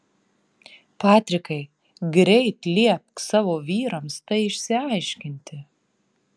patrikai greit liepk savo vyrams tai išsiaiškinti